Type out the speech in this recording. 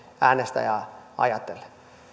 äänestäjää ajatellen